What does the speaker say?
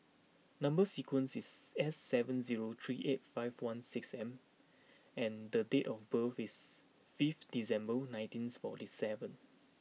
number sequence is S seven zero three eight five one six M and the date of birth is fifth December nineteen forty seven